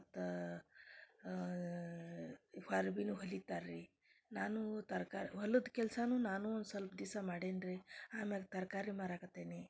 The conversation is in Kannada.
ಮತ್ತು ಅರ್ವಿನೂ ಹೊಲಿತಾರೆ ರೀ ನಾನು ತರ್ಕಾರಿ ಹೊಲದ ಕೆಲಸನೂ ನಾನೂ ಒಂದು ಸಲ್ಪ ದಿವ್ಸ ಮಾಡಿನಿ ರೀ ಆಮ್ಯಾಲ್ ತರಕಾರಿ ಮಾರಕತ್ತೇನಿ